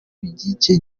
bicye